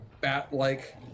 bat-like